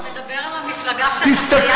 אתה מדבר על המפלגה שאתה שייך אליה?